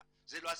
וזה לא הסיפור.